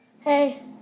Hey